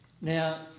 Now